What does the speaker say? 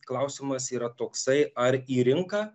klausimas yra toksai ar į rinką